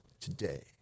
today